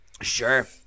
Sure